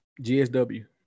GSW